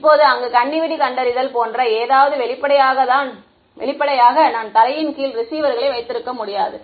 இப்போது அங்கு கண்ணிவெடி கண்டறிதல் போன்ற ஏதாவது வெளிப்படையாக நான் தரையின் கீழ் ரிசீவர்களை வைத்திருக்க முடியாது